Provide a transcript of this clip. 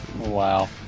Wow